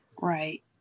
Right